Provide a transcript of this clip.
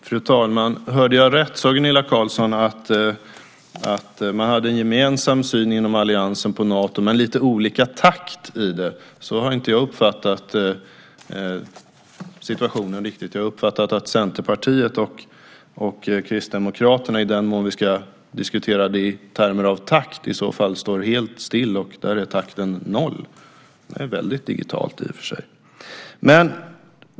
Fru talman! Hörde jag rätt sade Gunilla Carlsson att man hade en gemensam syn inom alliansen på Nato men lite olika takt. Riktigt så har jag inte uppfattat situationen. Jag har uppfattat att Centerpartiet och Kristdemokraterna, i den mån vi ska diskutera det i termer av takt, i så fall står helt still. Där är takten noll. Det är i och för sig väldigt digitalt.